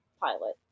pilot